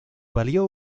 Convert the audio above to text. valió